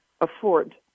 afford